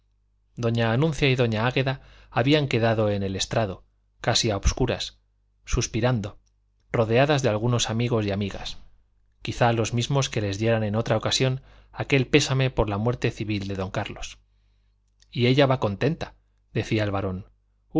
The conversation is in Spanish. doña anuncia y doña águeda habían quedado en el estrado casi a obscuras suspirando rodeadas de algunos amigos y amigas quizá los mismos que les dieran en otra ocasión aquel pésame por la muerte civil de don carlos y ella va contenta decía el barón